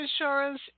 insurance